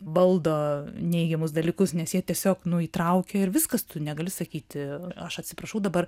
valdo neigiamus dalykus nes jie tiesiog nu įtraukia ir viskas tu negali sakyti aš atsiprašau dabar